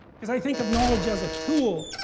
because i think of knowledge as a tool.